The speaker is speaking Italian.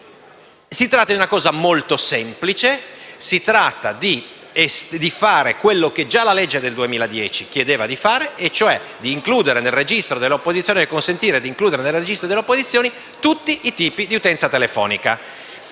Si tratta di una cosa molto semplice: si tratta di fare quello che già la legge del 2010 richiedeva, e cioè consentire di includere nel registro delle opposizioni tutti i tipi di utenza telefonica.